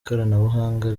ikoranabuhanga